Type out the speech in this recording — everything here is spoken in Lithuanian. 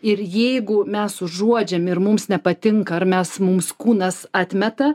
ir jeigu mes užuodžiam ir mums nepatinka ar mes mums kūnas atmeta